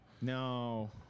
No